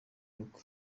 rugo